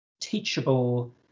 teachable